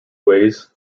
ways